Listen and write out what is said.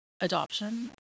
adoption